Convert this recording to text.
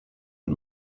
mit